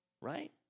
Right